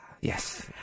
Yes